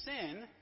sin